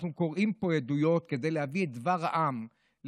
אנחנו קוראים פה עדויות כדי להביא את דבר העם לכאן,